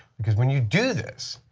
because when you do this,